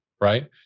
Right